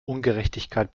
ungerechtigkeit